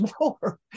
more